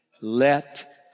let